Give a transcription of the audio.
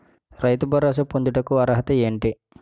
రైతు భరోసా పొందుటకు అర్హత ఏంటి?